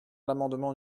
l’amendement